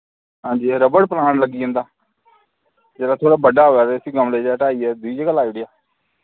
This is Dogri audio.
हां जी ते रबर प्लांट लग्गी जंदा जिल्लै थोह्ड़ा बड्डा होये ते इस्सी गमले चा हटाई यै दुई जगह लाई ओड़या